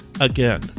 Again